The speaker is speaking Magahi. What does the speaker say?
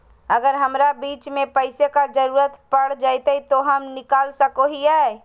अगर हमरा बीच में पैसे का जरूरत पड़ जयते तो हम निकल सको हीये